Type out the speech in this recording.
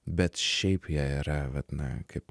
bet šiaip jie yra vat na kaip